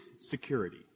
security